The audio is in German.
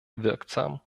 wirksam